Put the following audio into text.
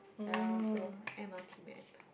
ya so m_r_t map